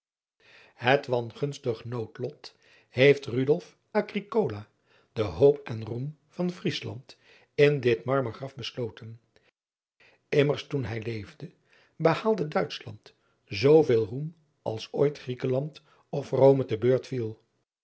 et wangunstig noodlot heeft de hoop en roem van riesland in dit marmer graf besloten mmers toen hij leefde behaalde uitschland zooveel roem als ooit riekenland of ome te beurt viel